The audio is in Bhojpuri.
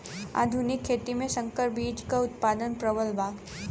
आधुनिक खेती में संकर बीज क उतपादन प्रबल बा